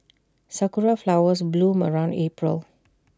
Sakura Flowers bloom around April